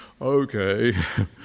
Okay